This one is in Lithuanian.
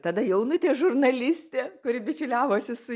tada jaunutė žurnalistė kuri bičiuliavosi su